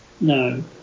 no